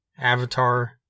Avatar